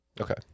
Okay